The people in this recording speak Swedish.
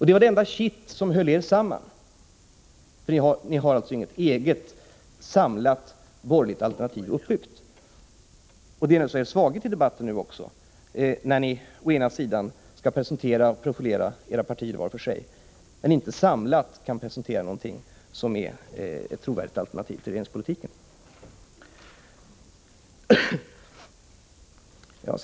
Det var det enda kitt som höll er samman, för ni har alltså inget eget, samlat borgerligt alternativ. Detta är naturligtvis er svaghet i debatten nu, när ni skall presentera och profilera era partier vart för sig men inte samlat kan presentera något trovärdigt alternativ till regeringspolitiken.